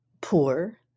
poor